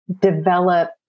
develop